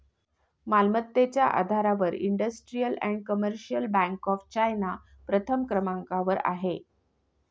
मालमत्तेच्या आधारावर industrial and commercial bank of China प्रथम क्रमांकावर आहे